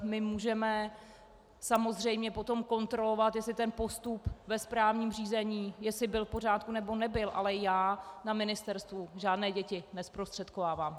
My můžeme samozřejmě potom kontrolovat, jestli ten postup ve správním řízení byl v pořádku, nebo nebyl, ale já na Ministerstvu žádné děti nezprostředkovávám.